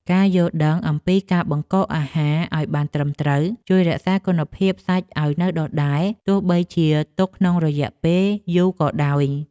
ការយល់ដឹងអំពីការបង្កកអាហារឱ្យបានត្រឹមត្រូវជួយរក្សាគុណភាពសាច់ឱ្យនៅដដែលទោះបីជាទុកក្នុងរយៈពេលយូរក៏ដោយ។